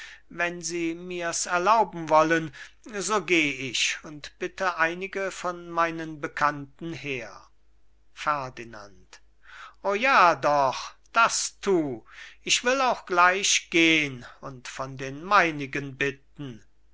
sein wenn sie mir's erlauben wollen so geh ich und bitte einige von meinen bekannten her ferdinand o ja doch das thu ich will auch gleich gehn und von den meinigen bitten